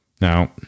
Now